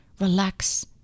relax